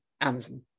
Amazon